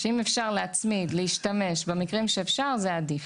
אם אפשר להצמיד, להשתמש, במקרים שאפשר זה עדיף.